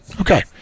Okay